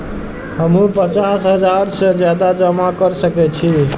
हमू पचास हजार से ज्यादा जमा कर सके छी?